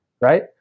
right